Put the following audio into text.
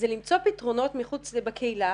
זה למצוא פתרונות בקהילה